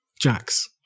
Jack's